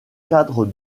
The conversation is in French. cadre